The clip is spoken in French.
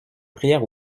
prières